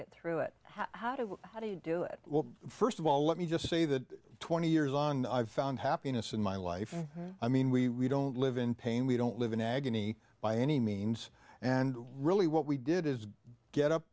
get through it how do how do you do it well st of all let me just say that twenty years on i've found happiness in my life i mean we don't live in pain we don't live in agony by any means and really what we did is get up